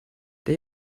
der